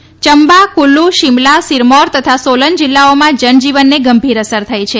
યંબા કુલ્લુ સીમલા સીરમૌર તથા સોલન જિલ્લાઓમાં જનજીવનને ગંભીર અસર થઇ છે